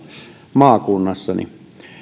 maakunnassani